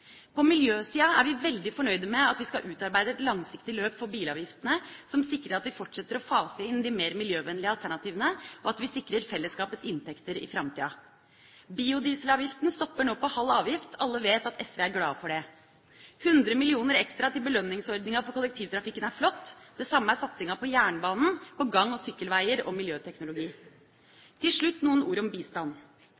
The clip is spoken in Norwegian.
På miljøsida er vi veldig fornøyd med at vi skal utarbeide et langsiktig løp for bilavgiftene som sikrer at vi fortsetter å fase inn de mer miljøvennlige alternativene, og at vi sikrer fellesskapets inntekter i framtida. Biodieselavgiften stopper nå på halv avgift. Alle vet at SV er glad for det. 100 mill. kr ekstra til belønningsordninga for kollektivtrafikken er flott. Det samme er satsinga på jernbanen, gang- og sykkelveier og miljøteknologi.